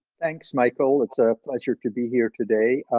thanks michael, it's a pleasure to be here today.